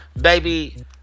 Baby